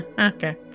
Okay